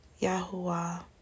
Yahuwah